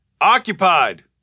Occupied